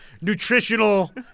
nutritional